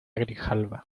grijalba